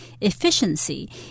efficiency